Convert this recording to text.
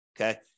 okay